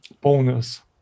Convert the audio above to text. bonus